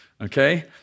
Okay